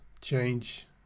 change